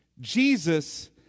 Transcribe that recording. Jesus